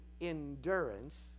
Endurance